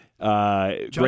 Great